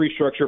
restructure